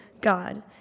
God